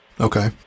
Okay